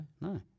No